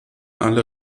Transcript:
alle